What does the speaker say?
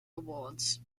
awards